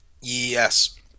Yes